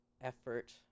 effort